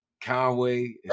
Conway